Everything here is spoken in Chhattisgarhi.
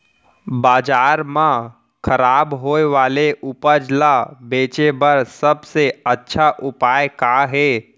बाजार मा खराब होय वाले उपज ला बेचे बर सबसे अच्छा उपाय का हे?